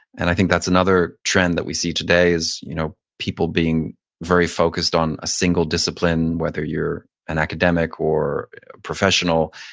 and i think that's another trend that we see today is you know people being very focused on a single discipline, whether you're an academic or professional.